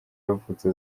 yavutse